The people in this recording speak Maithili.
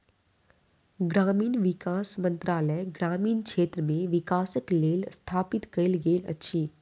ग्रामीण विकास मंत्रालय ग्रामीण क्षेत्र मे विकासक लेल स्थापित कयल गेल अछि